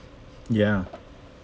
ya